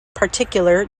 particular